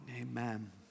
Amen